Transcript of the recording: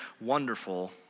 wonderful